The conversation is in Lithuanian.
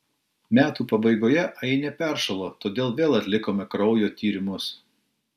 metų pabaigoje ainė peršalo todėl vėl atlikome kraujo tyrimus